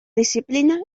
disciplina